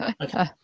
Okay